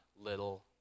little